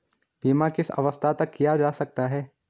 बीमा किस अवस्था तक किया जा सकता है?